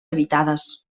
habitades